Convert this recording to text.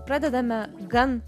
pradedame gan